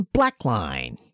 Blackline